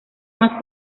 más